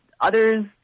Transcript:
Others